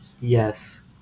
yes